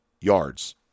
yards